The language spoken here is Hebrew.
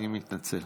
אני מתנצל.